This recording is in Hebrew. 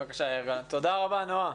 תודה רבה, נועה.